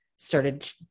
started